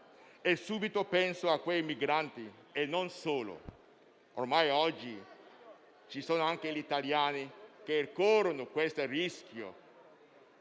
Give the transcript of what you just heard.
e subito penso a quei migranti, e non solo, perché oggi anche gli italiani corrono questo rischio.